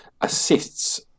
Assists